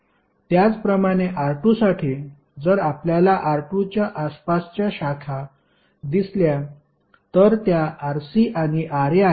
त्याचप्रमाणे R2 साठी जर आपल्याला R2 च्या आसपासच्या शाखा दिसल्या तर त्या Rc आणि Ra आहेत